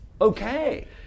okay